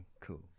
cool